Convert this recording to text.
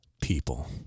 People